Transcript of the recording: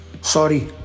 sorry